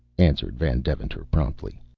answered van deventer promptly.